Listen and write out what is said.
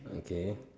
okay